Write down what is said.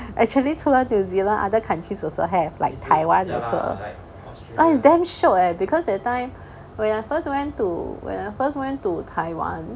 actually 除了 new zealand other countries also have like taiwan also !wah! is damn shiok leh because that time when I first went to when I first went to taiwan